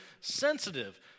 sensitive